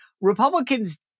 Republicans